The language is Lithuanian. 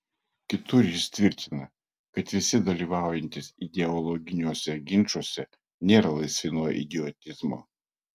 kitur jis tvirtina kad visi dalyvaujantys ideologiniuose ginčuose nėra laisvi nuo idiotizmo